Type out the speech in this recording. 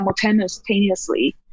simultaneously